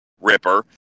Ripper